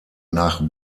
nach